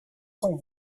sont